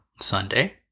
Sunday